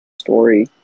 story